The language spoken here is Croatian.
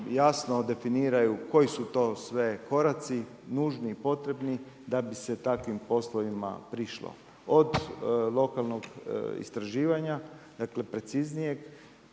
jasno definiraju koji su to sve koraci nužni i potrebni da bi se takvim poslovima prišlo od lokalnog istraživanja, dakle preciznijeg